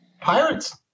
pirates